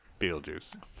Beetlejuice